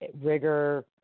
Rigor